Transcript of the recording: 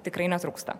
tikrai netrūksta